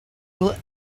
will